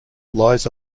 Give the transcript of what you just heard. lies